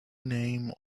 name